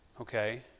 okay